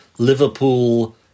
liverpool